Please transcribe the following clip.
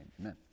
amen